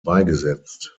beigesetzt